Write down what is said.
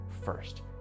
first